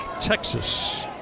Texas